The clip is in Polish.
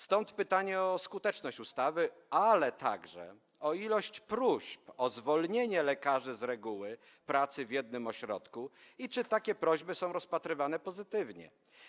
Stąd pytanie o skuteczność ustawy, ale także o ilość próśb o zwolnienie lekarzy z reguły pracy w jednym ośrodku i o to, czy takie prośby są rozpatrywane pozytywnie.